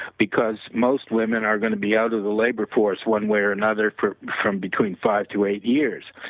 because most women are going to be out of the labor force one way or another from between five to eight years.